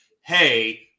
Hey